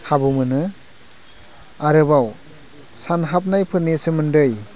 खाबु मोनो आरोबाव सानहाबनाय फोरनि सोमोन्दै